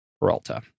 Peralta